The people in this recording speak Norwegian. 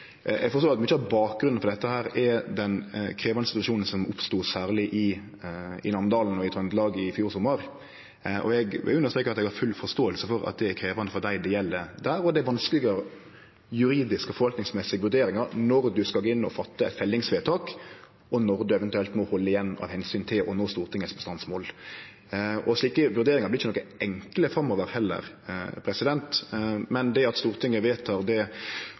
eg har full forståing for at det er krevjande for dei det gjeld der. Det er vanskelege juridiske og forvaltningsmessige vurderingar når ein skal gå inn og fatte eit fellingsvedtak, og når ein eventuelt må halde igjen av omsyn til å nå Stortingets bestandsmål. Slike vurderingar vert ikkje enkle framover heller, men det at Stortinget vedtek det